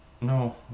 No